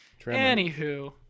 anywho